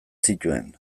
zituen